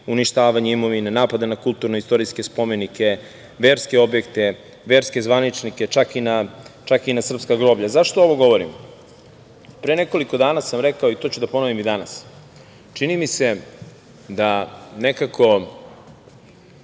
uništavanje imovine, napada na kulturnoistorijske spomenike, verske objekte, verske zvaničnike, čak i na srpska groblja.Zašto ovo govorim? Pre nekoliko dana sam rekao i to ću da ponovim i danas, čini mi se da nekako